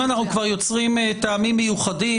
אם אנחנו כבר יוצרים טעמים מיוחדים,